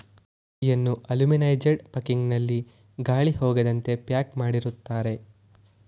ಟೀಯನ್ನು aluminized packing ನಲ್ಲಿ ಗಾಳಿ ಹೋಗದಂತೆ ಪ್ಯಾಕ್ ಮಾಡಿರುತ್ತಾರೆ